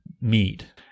meat